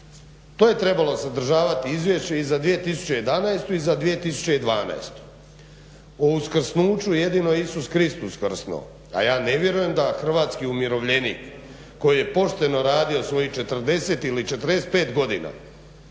To je trebalo sadržavati izvješće i za 2011. i za 2012. O uskrsnuću je jedino Isus Krist uskrsnuo, a ja ne vjerujem da hrvatski umirovljenik koji je pošteno radio svojih 40 ili 45 godina